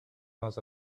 most